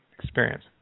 experience